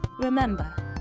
Remember